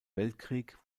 weltkrieg